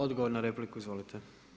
Odgovor na repliku, izvolite.